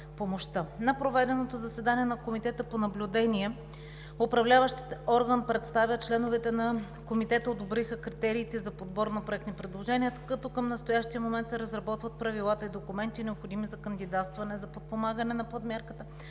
На проведеното заседание на Комитета по наблюдение Управляващият орган представя членовете на Комитета, които одобриха критериите за подбор на проектни предложения, като към настоящия момент се разработват правилата и документите, необходими за кандидатстване за подпомагане по Подмярката,